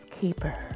keeper